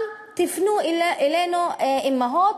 אל תפנו אלינו אימהות,